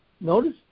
Notice